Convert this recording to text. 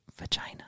vagina